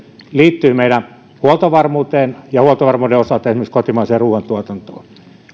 se liittyy meidän huoltovarmuuteen ja huoltovarmuuden osalta esimerkiksi kotimaiseen ruuantuotantoon